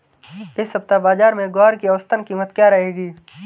इस सप्ताह बाज़ार में ग्वार की औसतन कीमत क्या रहेगी?